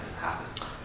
happen